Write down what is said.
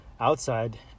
outside